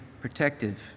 protective